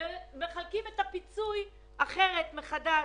ולחלק את הפיצוי אחרת, מחדש.